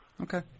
Okay